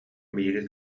биһиги